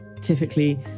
typically